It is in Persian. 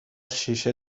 شیشه